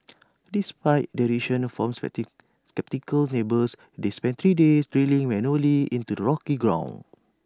despite derision the from sceptical neighbours they spent three days drilling manually into the rocky ground